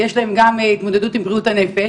גם התמודדות עם בריאות הנפש.